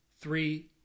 Three